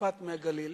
אכפת מהגליל.